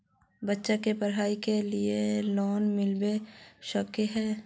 बच्चा के पढाई के लिए लोन मिलबे सके है?